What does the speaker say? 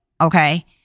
okay